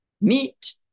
meat